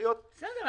פעימה שנייה --- בסדר,